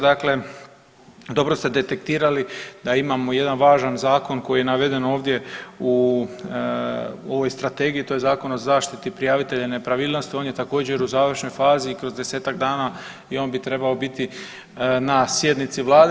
Dakle, dobro ste detektirali da imamo jedan važan zakon koji je naveden ovdje u ovoj strategiji, to je Zakon o zaštiti prijavitelja nepravilnosti, on je također u završnoj fazi i kroz 10-tak dana i on bi trebao biti na sjednici Vlade.